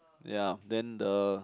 ya then the